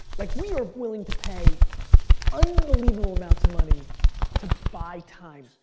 like we are willing to pay unbelievable amounts of money to buy time.